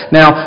Now